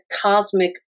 cosmic